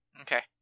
Okay